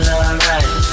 alright